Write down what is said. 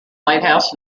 lighthouse